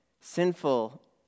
sinful